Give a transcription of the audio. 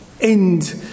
end